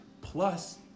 Plus